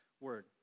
word